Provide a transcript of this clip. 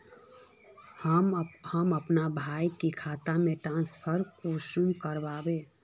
हम अपना भाई के खाता में ट्रांसफर कुंसम कारबे?